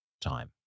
time